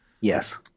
Yes